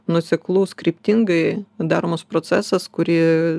nuoseklus kryptingai daromos procesas kurį